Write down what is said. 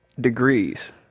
Degrees